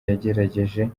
yagerageje